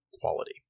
quality